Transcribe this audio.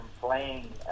playing